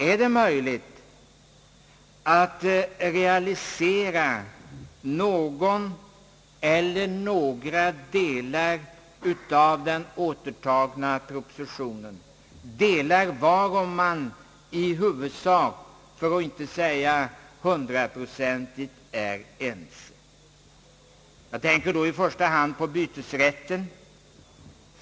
Är det möjligt att realisera någon eller några delar av den återtagna propositionen, delar varom man i huvudsak — för att inte säga hundraprocentigt — är ense? Jag tänker då i första hand på bytesrätten.